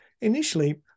Initially